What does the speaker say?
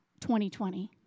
2020